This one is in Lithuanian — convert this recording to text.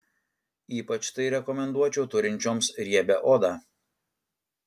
ypač tai rekomenduočiau turinčioms riebią odą